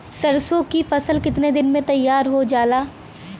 सरसों की फसल कितने दिन में तैयार हो जाला?